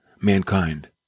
mankind